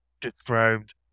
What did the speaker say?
described